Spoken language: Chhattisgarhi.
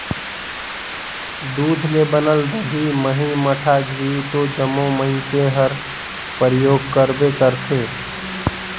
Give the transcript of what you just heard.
दूद ले बनल दही, मही, मठा, घींव तो जम्मो मइनसे हर परियोग करबे करथे